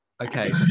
okay